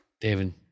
David